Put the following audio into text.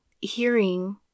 hearing